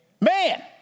man